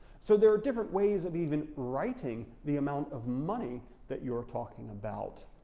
so there are different ways of even writing the amount of money that you're talking about.